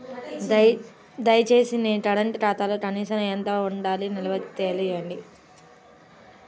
దయచేసి నా కరెంటు ఖాతాలో కనీస నిల్వ ఎంత ఉండాలో తెలియజేయండి